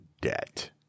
debt